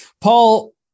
Paul